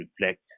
reflect